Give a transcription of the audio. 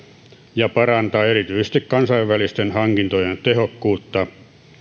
ja parantaa erityisesti kansainvälisten hankintojen tehokkuutta